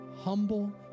humble